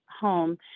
home